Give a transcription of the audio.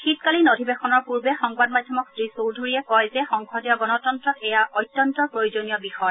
শীতকালীন অধিৱেশনৰ পূৰ্বে সংবাদ মাধ্যমক শ্ৰীটৌধুৰীয়ে কয় যে সংসদীয় গণতন্ত্ৰত এয়া অত্যন্ত প্ৰয়োজনীয় বিষয়